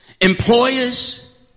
employers